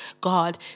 god